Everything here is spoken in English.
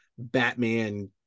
batman